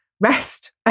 rest